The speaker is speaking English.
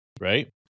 right